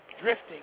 drifting